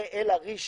לאל עריש